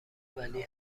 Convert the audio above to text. ولی